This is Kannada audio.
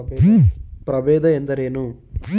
ಪ್ರಭೇದ ಎಂದರೇನು?